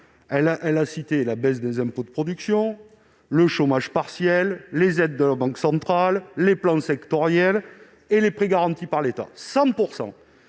soit grâce à la baisse des impôts de production, au chômage partiel, aux aides de la Banque centrale, aux plans sectoriels ou aux prêts garantis par l'État, 100